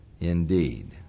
indeed